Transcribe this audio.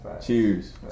Cheers